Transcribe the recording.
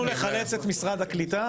אנחנו נחלץ את משרד הקליטה.